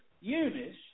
Eunice